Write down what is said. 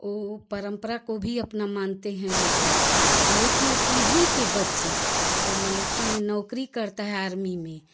वह परंपरा को भी अपना मानते हैं लोग बाग लेकिन उन्हीं के बच्चे वह मिलिट्री में नौकरी करता है आर्मी में